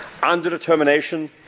underdetermination